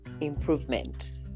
improvement